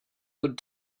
good